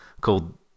Called